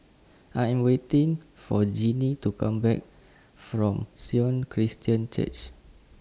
I Am waiting For Gennie to Come Back from Sion Christian Church